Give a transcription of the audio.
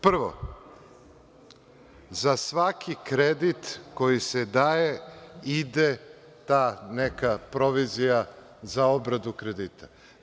Prvo, za svaki kredit koji se daje ide ta neka provizija za obradu kredita.